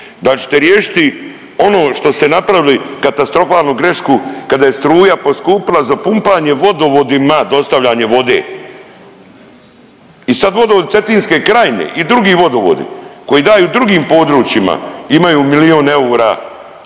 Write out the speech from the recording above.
Da ćete riješiti ono što ste napravili katastrofalnu grešku kada je struja poskupila za pumpanje vodovodima, dostavljanje vode. I sad vodovod Cetinske krajine i drugi vodovodi koji daju drugim područjima imaju milion eura